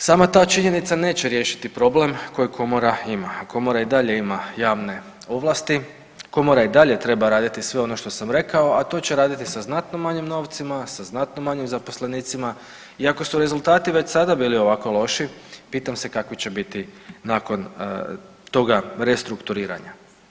Međutim, sama ta činjenica neće riješiti problem koji komora ima, komora i dalje ima javne ovlasti, komora i dalje treba raditi sve ono što sam rekao, a to će raditi sa znatno manjim novcima, sa znatno manjim zaposlenicima i ako su rezultati već sada bili ovako loši, pitam se kakvi će biti nakon toga restrukturiranja.